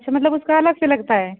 अच्छा मतलब उसका अलग से लगता है